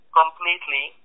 completely